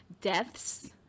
deaths